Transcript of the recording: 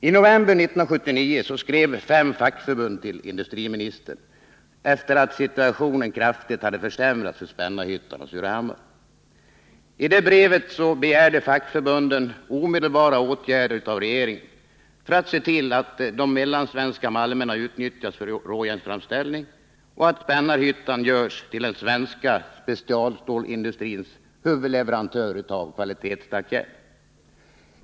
I november 1979 skrev fem fackförbund till industriministern, efter det att situationen kraftigt hade försämrats för Spännarhyttan och Surahammar. I brevet begärde fackförbunden omedelbara åtgärder av regeringen för att se till att de mellansvenska malmerna utnyttjas för råjärnsframställning och att Spännarhyttan görs till den svenska specialstålsindustrins huvudleverantör av kvalitetstackjärn.